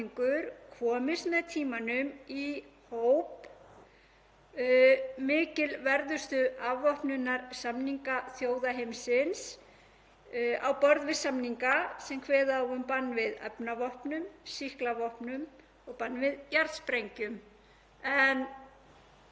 á borð við samninga sem kveða á um bann við efnavopnum, sýklavopnum og bann við jarðsprengjum. Forsaga allra þeirra samninga er sú að það voru ekki ríkin sem höfðu yfir vopnunum að búa sem